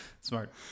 Smart